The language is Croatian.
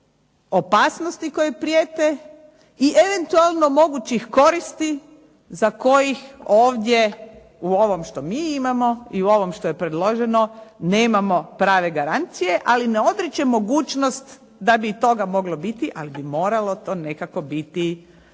opasnosti koje prijete i eventualno mogućih koristi za kojih ovdje u ovom što mi imamo i u ovom što je predloženo nemamo prave garancije, ali ne odriče mogućnost toga biti, ali bi moralo to nekako biti